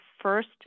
first